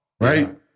right